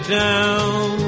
down